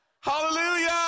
Hallelujah